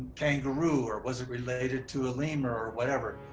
kangaroo? or was it related to a lemur or whatever?